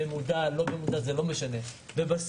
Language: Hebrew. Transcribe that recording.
וזה לא משנה אם במודע או לא.